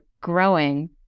growing